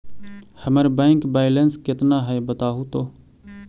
हमर bank balance केतना है बताहु तो?